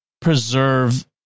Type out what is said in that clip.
preserve